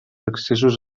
excessos